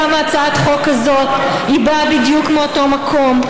הצעת החוק הזאת באה בדיוק מאותו מקום,